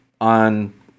on